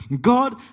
God